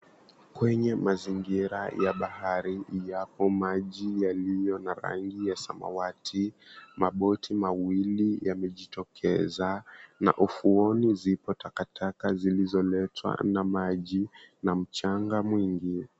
Kwenye mazingira ya bahari yapo maji yaliyo na rangi ya samawati, maboti mawili yamejitokea na ufuoni zipo takataka zilizoletwa na maji na mchanga mwingi.